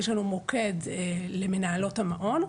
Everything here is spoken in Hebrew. יש לנו מוקד למנהלות המעון,